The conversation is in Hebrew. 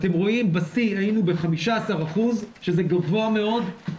אתם רואים שבשיא היינו ב-15% שזה גבוה מאוד,